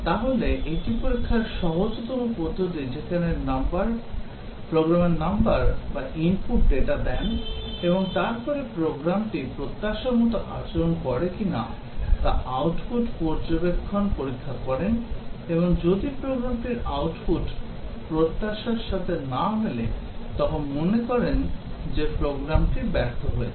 তাহলে এটি পরীক্ষার সহজতম পদ্ধতি যেখানে প্রোগ্রামার নম্বর বা ইনপুট ডেটা দেন এবং তারপরে প্রোগ্রামটি প্রত্যাশা মতো আচরণ করে কিনা তা আউটপুট পর্যবেক্ষণ পরীক্ষা করেন এবং যদি প্রোগ্রামটির আউটপুট তার প্রত্যাশার সাথে না মেলে তখন মনে করেন যে প্রোগ্রামটি ব্যর্থ হয়েছে